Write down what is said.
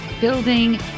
building